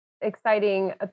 exciting